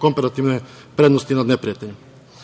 komparativne prednosti nad neprijateljem. Kada